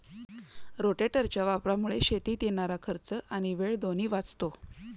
रोटेटरच्या वापरामुळे शेतीत येणारा खर्च आणि वेळ दोन्ही वाचतो